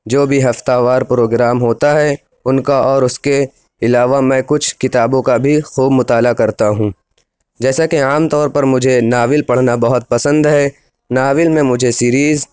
جو بھی ہفتہ وار پروگرام ہوتا ہے اُن کا اور اُس کے علاوہ میں کچھ کتابوں کا بھی خوب مطالعہ کرتا ہوں جیسا کہ عام طور پر مجھے ناول پڑھنا بہت پسند ہے ناول میں مجھے سیریز